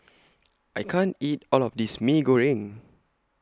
I can't eat All of This Mee Goreng